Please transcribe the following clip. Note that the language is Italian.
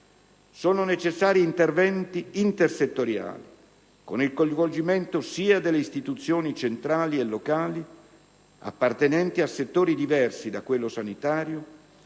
Sono necessari interventi intersettoriali con il coinvolgimento sia delle istituzioni centrali e locali, appartenenti a settori diversi da quello sanitario,